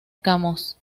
camus